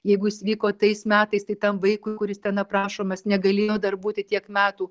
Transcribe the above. jeigu jis vyko tais metais tai tam vaikui kuris ten aprašomas negalėjo dar būti tiek metų